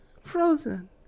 frozen